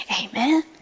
Amen